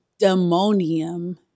demonium